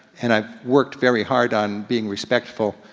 and i've worked very hard on being respectful,